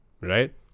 right